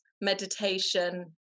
meditation